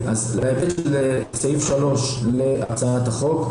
לגבי סעיף 3 בהצעת החוק,